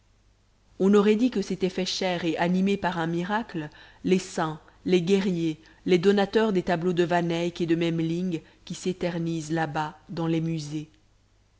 on aurait dit que s'étaient faits chair et animés par un miracle les saints les guerriers les donateurs des tableaux de van eyck et de memling qui s'éternisent là-bas dans les musées